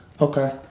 Okay